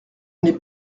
n’ai